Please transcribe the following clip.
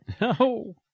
No